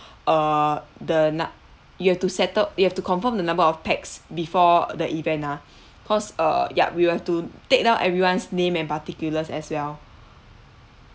uh the nu~ you have to settle you have to confirm the number of pax before the event nah cause uh yup we'll have to take down everyone's name and particulars as well